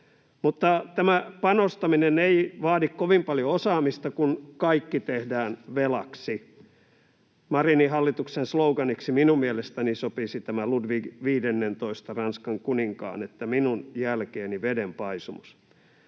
Mutta tämä panostaminen ei vaadi kovin paljon osaamista, kun kaikki tehdään velaksi. Marinin hallituksen sloganiksi minun mielestäni sopisi tämä Ludvig XV:n, Ranskan kuninkaan, ”minun jälkeeni vedenpaisumus”.